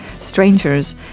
strangers